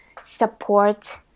support